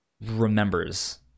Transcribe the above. remembers